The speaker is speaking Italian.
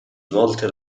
volte